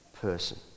person